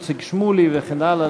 איציק שמולי וכן הלאה,